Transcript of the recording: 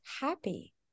happy